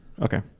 okay